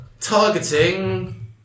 Targeting